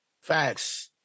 Facts